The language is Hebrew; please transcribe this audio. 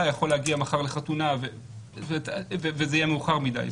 יכול להגיע מחר לחתונה וזה יהיה מאוחר מדי.